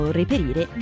reperire